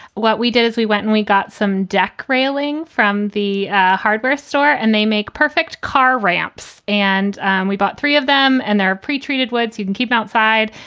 what we did is we went and we got some deck railing from the hardware store and they make perfect car ramps and and we bought three of them. and they're pre-treated words you can keep outside.